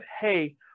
Hey